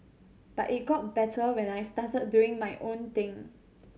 but it got better when I started doing my own thing